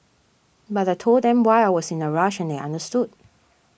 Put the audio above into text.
but I told them why I was in a rush and they understood